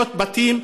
בתים.